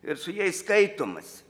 ir su jais skaitomas